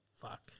Fuck